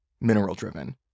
mineral-driven